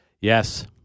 Yes